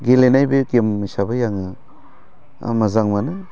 गेलेनाय बे गेम हिसाबै आङो मोजां मोनो